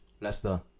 Leicester